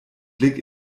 blick